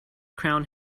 crown